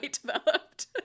developed